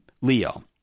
Leo